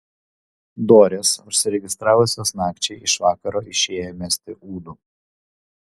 dorės užsiregistravusios nakčiai iš vakaro išėjo mesti ūdų